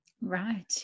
right